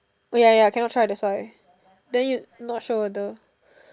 oh ya ya cannot try that's why then you not sure whether